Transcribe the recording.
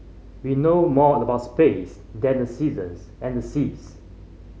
we know more about space than the seasons and the seas